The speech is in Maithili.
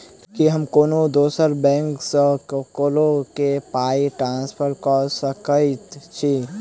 की हम कोनो दोसर बैंक सँ ककरो केँ पाई ट्रांसफर कर सकइत छि?